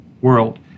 world